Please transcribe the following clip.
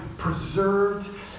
preserved